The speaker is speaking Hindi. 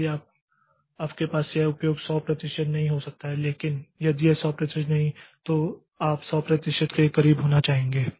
इसलिए आपके पास यह उपयोग 100 प्रतिशत नहीं हो सकता है लेकिन यदि यह 100 प्रतिशत नहीं है तो आप 100 प्रतिशत के करीब होना चाहेंगे